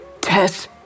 Tess